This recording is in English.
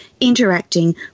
interacting